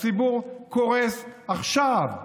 הציבור קורס עכשיו,